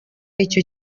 icyo